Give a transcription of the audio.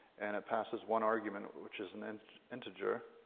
and it passes one argument, which is an and integer,